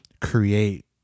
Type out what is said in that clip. Create